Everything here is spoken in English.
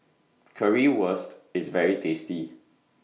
Currywurst IS very tasty